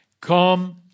Come